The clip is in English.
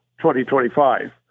2025